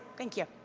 thank you.